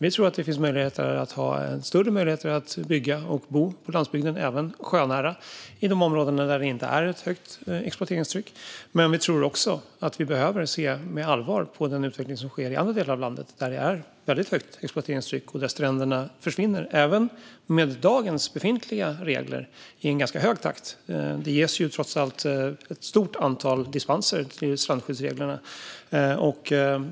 Vi tror att det finns större möjligheter att bygga och bo på landsbygden, även sjönära, inom områden där det inte är ett stort exploateringstryck. Men vi tror också att vi behöver se med allvar på den utveckling som sker i andra delar av landet där det är ett väldigt stort exploateringstryck och där stränderna försvinner i en ganska hög takt även med dagens befintliga regler. Det ges trots allt ett stort antal dispenser i strandskyddsreglerna.